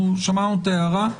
שמענו את ההערה.